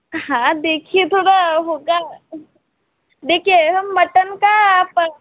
हाँ देखिए थोड़ा होगा देखिए हम मटन का आप